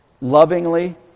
lovingly